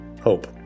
hope